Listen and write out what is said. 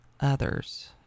others